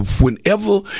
Whenever